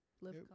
live